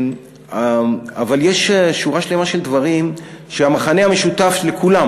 אבל יש שורה שלמה של דברים שהמכנה המשותף לכולם